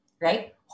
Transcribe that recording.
Right